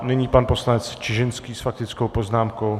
Nyní pan poslanec Čižinský s faktickou poznámkou.